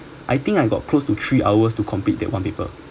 I think I got close to three hours to complete that one paper